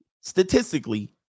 statistically